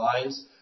lines